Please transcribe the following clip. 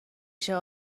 شود